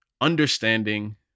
understanding